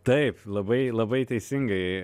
taip labai labai teisingai